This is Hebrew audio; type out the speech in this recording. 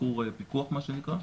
ביקור פיקוח מה שנקרא,